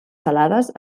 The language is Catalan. salades